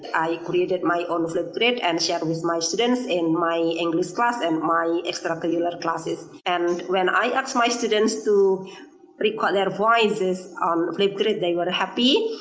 i created my own flipgrid and shared with my students in my english class and my extracurricular classes. and when i asked my students to record their voices on flipgrid they were happy.